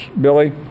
Billy